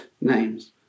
names